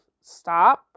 Stop